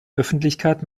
öffentlichkeit